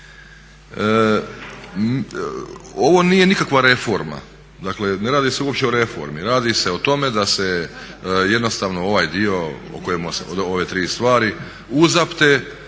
Ovo nije nikakva reforma, dakle ne radi se uopće o reformi, radi se o tome da se jednostavno ovaj dio o ove tri stvari uzapte